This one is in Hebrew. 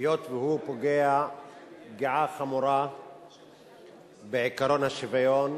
היות שהוא פוגע פגיעה חמורה בעקרון השוויון